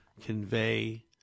convey